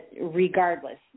regardless